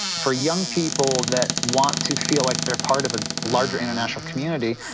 for young people that want to feel like they are part of a larger international community,